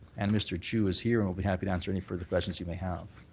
and mr. chu is here and will be happy to answer any further questions you may have.